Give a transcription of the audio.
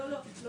לא, לא.